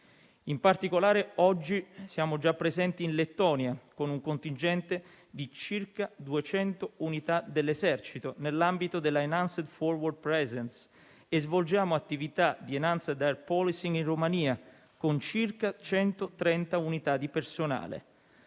In particolare, oggi siamo già presenti in Lettonia, con un contingente di circa 200 unità dell'Esercito, nell'ambito della *enhanced forward presence*, e svolgiamo attività di *enhanced air policing* in Romania con circa 130 unità di personale.